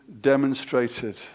demonstrated